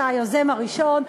אתה היוזם הראשון,